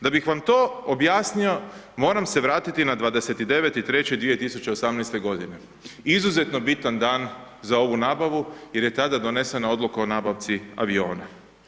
Da bih vam to objasnio, moram se vratiti na 29. 3. 2018. g., izuzetno bitan dan za ovu nabavu jer je tada donesena odluka o nabavci aviona.